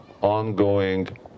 ongoing